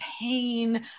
pain